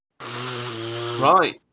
Right